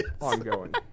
ongoing